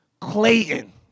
Clayton